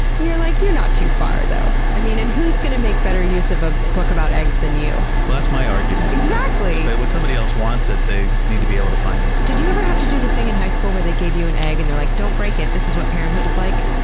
you're like you're not too far though. i mean, and who's going to make better use of a book about eggs than you? well that's my argument, but when somebody else wants it, they need to be able to find me. did you ever have to do the thing in high school where they gave you an egg and they're like, don't break it, this is what parenthood is like.